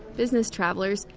business travelers,